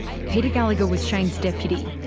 peter gallagher was shane's deputy.